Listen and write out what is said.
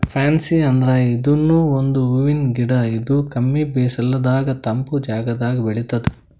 fancy ಅಂದ್ರ ಇದೂನು ಒಂದ್ ಹೂವಿನ್ ಗಿಡ ಇದು ಕಮ್ಮಿ ಬಿಸಲದಾಗ್ ತಂಪ್ ಜಾಗದಾಗ್ ಬೆಳಿತದ್